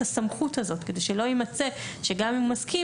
הסמכות הזאת כדי שלא יימצא שגם אם הוא מסכים,